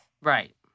Right